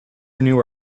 renew